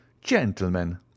gentlemen